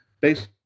based